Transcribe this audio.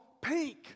pink